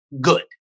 good